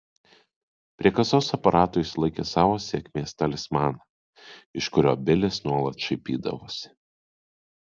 prie kasos aparato jis laikė savo sėkmės talismaną iš kurio bilis nuolat šaipydavosi